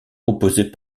composés